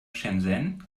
shenzhen